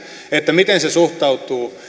miten se suhtautuu